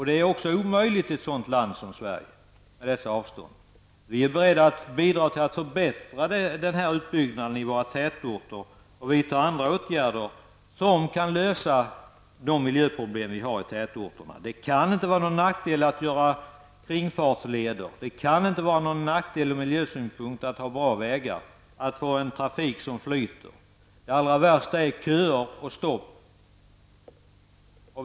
Det är också omöjligt i ett land som Sverige med dessa avstånd. Vi moderater är beredda att bidra till att förbättra denna utbyggnad i våra tätorter och vidta andra åtgärder som kan lösa de miljöproblem som finns i tätorterna. Det kan inte vara till nackdel att bygga kringfartsleder. Det kan inte vara någon nackdel ur miljösynpunkt att ha bra vägar och att få en trafik som flyter. Det allra värsta är köer och stopp.